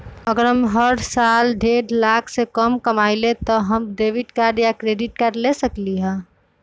अगर हम हर साल डेढ़ लाख से कम कमावईले त का हम डेबिट कार्ड या क्रेडिट कार्ड ले सकली ह?